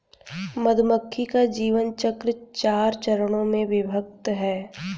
मधुमक्खी का जीवन चक्र चार चरणों में विभक्त है